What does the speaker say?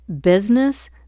business